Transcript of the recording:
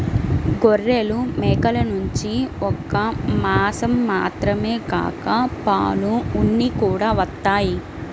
గొర్రెలు, మేకల నుంచి ఒక్క మాసం మాత్రమే కాక పాలు, ఉన్ని కూడా వత్తయ్